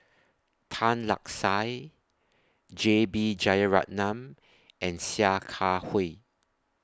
Tan Lark Sye J B Jeyaretnam and Sia Kah Hui